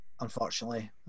Unfortunately